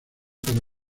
para